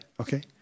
Okay